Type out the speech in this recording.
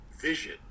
vision